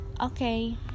Okay